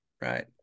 Right